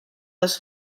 dos